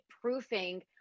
proofing